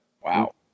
Wow